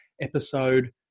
episode